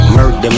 Murder